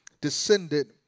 descended